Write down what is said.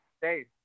hey